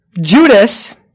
Judas